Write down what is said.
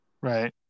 Right